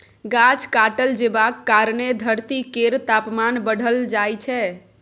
गाछ काटल जेबाक कारणेँ धरती केर तापमान बढ़ल जाइ छै